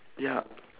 ya